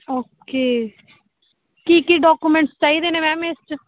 okay ਕੀ ਕੀ documents ਚਾਹੀਦੇ ਨੇ ਮੈਮ ਇਸ 'ਚ